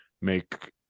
make